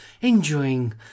enjoying